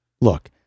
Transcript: Look